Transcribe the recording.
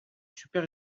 super